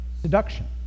seduction